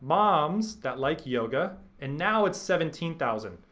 moms that like yoga and now it's seventeen thousand.